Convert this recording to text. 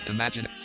Imagine